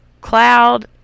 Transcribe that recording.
cloud